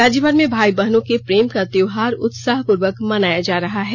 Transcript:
राज्य भर में भाई बहनों के प्रेम का त्योहार उत्साहपूर्वक मनाया जा रहा है